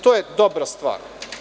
To je dobra stvar.